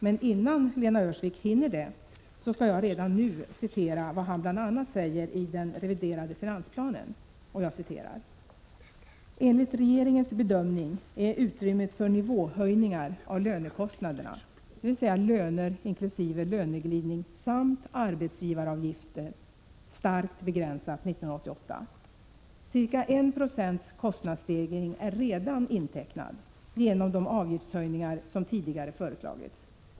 Men innan Lena Öhrsvik hinner göra detta, skall jag redan nu citera vad finansministern bl.a. säger i den reviderade finansplanen: ”Enligt regeringens bedömning är utrymmet för nivåhöjningar av lönekostnaderna starkt begränsat 1988. Cirka en procents kostnadsstegring är redan intecknad genom de avgiftshöjningar som tidigare föreslagits.